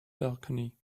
balcony